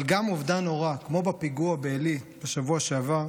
אבל גם אובדן נורא כמו בפיגוע בעלי בשבוע שעבר,